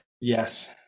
Yes